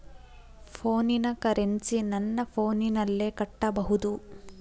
ಫೋನಿನ ಕರೆನ್ಸಿ ನನ್ನ ಫೋನಿನಲ್ಲೇ ಕಟ್ಟಬಹುದು?